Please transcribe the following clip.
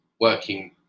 working